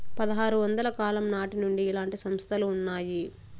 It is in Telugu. పదహారు వందల కాలం నాటి నుండి ఇలాంటి సంస్థలు ఉన్నాయి